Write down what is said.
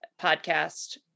podcast